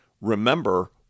remember